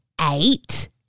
eight